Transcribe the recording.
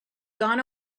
gone